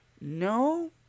no